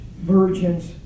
virgin's